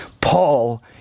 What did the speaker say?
Paul